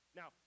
now